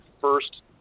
first